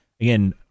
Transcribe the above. Again